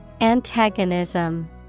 Antagonism